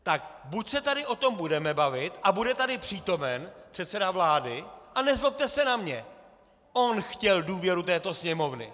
Tak buď se tady o tom budeme bavit a bude tady přítomen předseda vlády a nezlobte se na mě, on chtěl důvěru této Sněmovny.